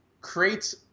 creates